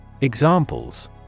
Examples